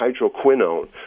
hydroquinone